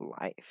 life